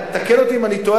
תקן אותי אם אני טועה,